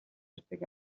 ярьдаг